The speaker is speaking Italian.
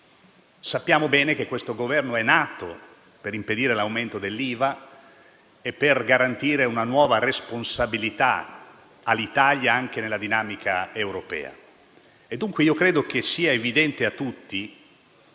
Sappiamo bene che questo Governo è nato per impedire l'aumento dell'IVA e per garantire una nuova responsabilità all'Italia anche nella dinamica europea. Credo pertanto che sia evidente a tutti